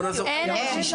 אין היום.